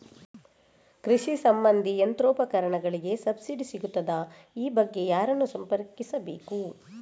ಕೃಷಿ ಸಂಬಂಧಿ ಯಂತ್ರೋಪಕರಣಗಳಿಗೆ ಸಬ್ಸಿಡಿ ಸಿಗುತ್ತದಾ? ಈ ಬಗ್ಗೆ ಯಾರನ್ನು ಸಂಪರ್ಕಿಸಬೇಕು?